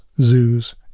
zoos